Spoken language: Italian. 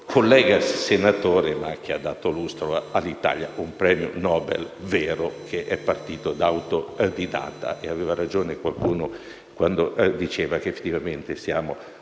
collega senatore, che ha dato lustro all'Italia con un premio Nobel vero, partendo come autodidatta. Aveva ragione qualcuno quando diceva che effettivamente siamo